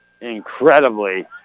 incredibly